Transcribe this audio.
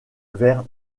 vers